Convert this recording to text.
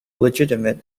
legitimate